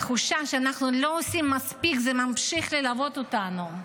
התחושה שאנחנו לא עושים מספיק ממשיכה ללוות אותנו.